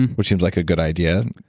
and which seems like a good idea,